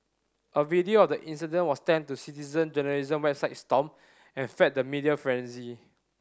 a video of the incident was sent to citizen journalism website Stomp and fed the media frenzy